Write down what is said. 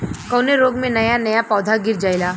कवने रोग में नया नया पौधा गिर जयेला?